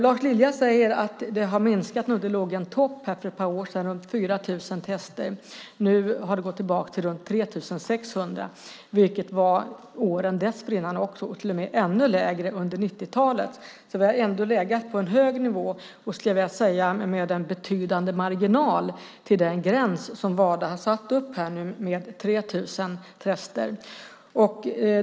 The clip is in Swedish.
Lars Lilja säger att det har minskat. Det var en topp för ett par år sedan med runt 4 000 tester. Nu har det gått tillbaka till runt 3 600, som det var åren dessförinnan. Det var till och med ännu lägre under 90-talet. Vi har ändå legat på en hög nivå, skulle jag vilja säga, med en betydande marginal till den gräns på 3 000 tester som Wada har satt upp.